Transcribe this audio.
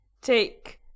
take